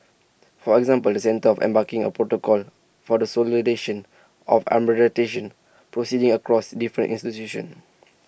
for example the centre of embarking A protocol for the of proceedings across different institutions